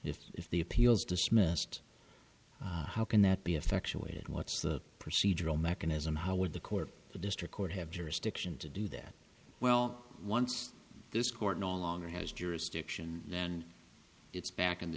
if if the appeals dismissed how can that be effectuated what's the procedural mechanism how would the court the district court have jurisdiction to do that well once this court no longer has jurisdiction then it's back in the